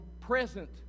present